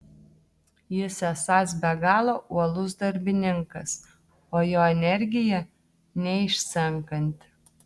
jis esąs be galo uolus darbininkas o jo energija neišsenkanti